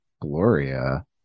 Gloria